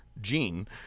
gene